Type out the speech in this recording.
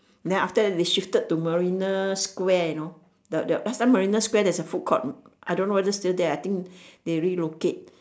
then after that they shifted to marina-square you know the the last time marina-square there's a food court I don't know if still there I think they relocate